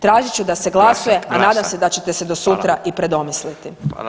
Tražit ću da se glasuje, a nadam se da ćete se do sutra i predomisliti.